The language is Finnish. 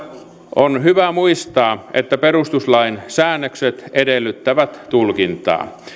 on hyvä muistaa että perustuslain säännökset edellyttävät tulkintaa